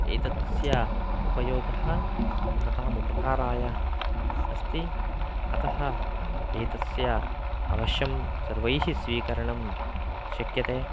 एतस्याः उपयोगः महताम् उपकाराय अस्ति अतः एतस्याः अवश्यं सर्वैः स्वीकरणं शक्यते